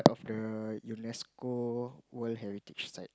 the U_N_E_S_C_O world heritage site